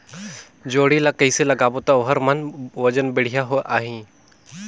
जोणी ला कइसे लगाबो ता ओहार मान वजन बेडिया आही?